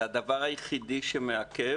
זה הדבר היחיד שמעכב